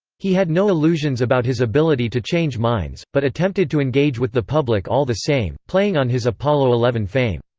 he had no illusions about his ability to change minds, but attempted to engage with the public all the same, playing on his apollo eleven fame.